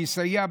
שיסייע,